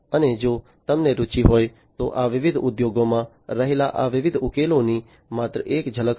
અને જો તમને રુચિ હોય તો આ વિવિધ ઉદ્યોગોમાં રહેલા આ વિવિધ ઉકેલોની માત્ર એક ઝલક હતી